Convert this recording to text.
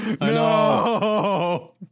No